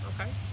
Okay